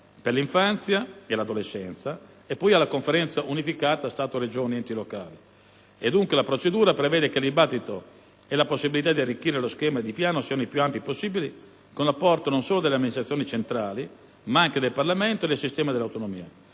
per l'infanzia e l'adolescenza e poi alla Conferenza unificata Stato-Regioni-enti locali. Dunque, la procedura prevede che il dibattito e la possibilità di arricchire lo schema di Piano siano i più ampi possibili, con l'apporto non solo delle amministrazioni centrali, ma anche del Parlamento e del sistema delle autonomie.